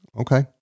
okay